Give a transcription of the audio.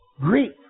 grief